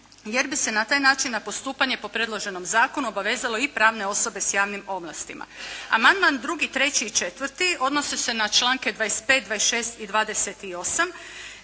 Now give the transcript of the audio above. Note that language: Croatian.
jer bi se na taj način na postupanje po predloženom zakonu obavezalo i pravne osobe s javnim ovlastima. Amandman 2. 3. i 4. odnose se na članka 25., 26. i 28.